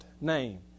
name